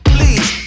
Please